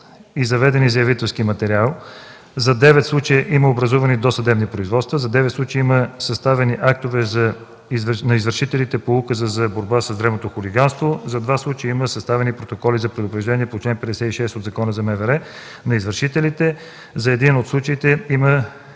и заведен заявителски материал, за девет случая има образувани досъдебни производства, за девет случая има съставени актове на извършителите по Указа за борба с дребното хулиганство, за два случая има съставени протоколи за предупреждение по чл. 56 от Закона за МВР на извършителите, за един от случаите има